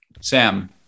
Sam